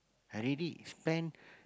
I already spend